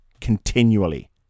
continually